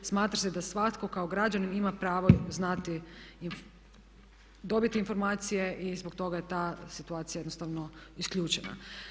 Smatra se da svatko kao građanin ima pravo znati i dobiti informacije i zbog toga je ta situacija jednostavno isključena.